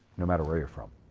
no matter where you're from.